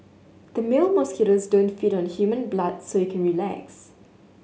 the male mosquitoes don't feed on human blood so you can relax